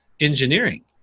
engineering